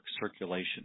Circulation